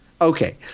Okay